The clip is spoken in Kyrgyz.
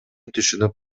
түшүнүп